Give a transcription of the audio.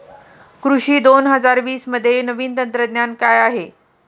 कृषी दोन हजार वीसमध्ये नवीन तंत्रज्ञान काय आहे?